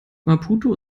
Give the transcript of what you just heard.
maputo